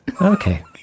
Okay